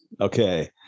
Okay